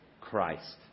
Christ